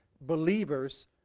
Believers